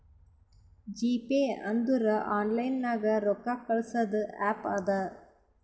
GPay ಅಂದುರ್ online ನಾಗ್ ರೊಕ್ಕಾ ಕಳ್ಸದ್ ಆ್ಯಪ್ ಅದಾ